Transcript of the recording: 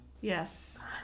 Yes